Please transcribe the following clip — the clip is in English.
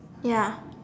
ya